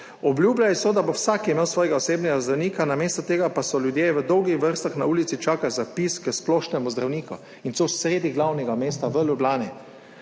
Obljubljali so, da bo vsak imel svojega osebnega zdravnika, namesto tega pa so ljudje v dolgih vrstah na ulici čakali na vpis k splošnemu zdravniku, in to sredi glavnega mesta, v Ljubljani.